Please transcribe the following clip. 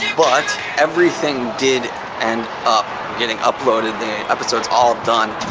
but everything did end up getting uploaded. the episode's all done.